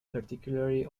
particularly